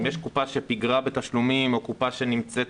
אם יש קופה שפיגרה בתשלומים או קופה שנמצאת